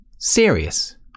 Serious